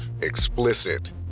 explicit